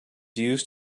used